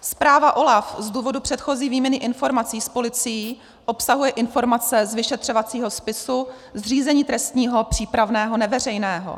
Zpráva OLAF z důvodu předchozí výměny informací s policií obsahuje informace z vyšetřovacího spisu z řízení trestního přípravného neveřejného.